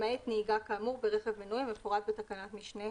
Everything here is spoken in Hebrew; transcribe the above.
למעט נהיגה כאמור ברכב מנועי המפורט בתקנת משנה